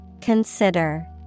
Consider